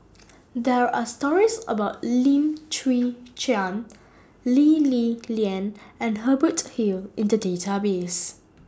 There Are stories about Lim Chwee Chian Lee Li Lian and Hubert Hill in The Database